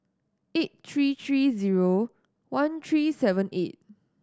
eight three three zero one three seven eight